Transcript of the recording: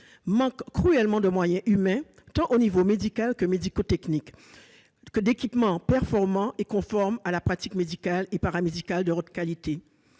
manque cruellement de moyens humains, au niveau tant médical que médico-technique, ainsi que d'équipements performants et adaptés à une pratique médicale et paramédicale de haute qualité.